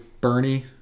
Bernie